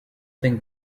think